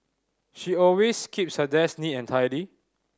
she always keeps her desk neat and tidy